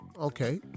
Okay